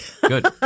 Good